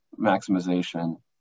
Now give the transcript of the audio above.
maximization